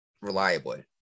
reliably